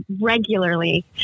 regularly